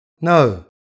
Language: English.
no